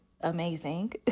amazing